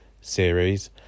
series